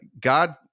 God